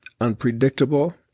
unpredictable